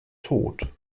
tod